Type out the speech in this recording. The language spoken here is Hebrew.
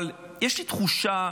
אבל יש לי תחושה,